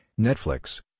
Netflix